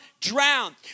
drown